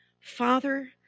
Father